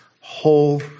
whole